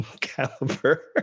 caliber